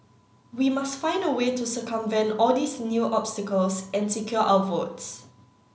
we must find a way to circumvent all these new obstacles and secure our votes